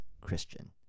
Christian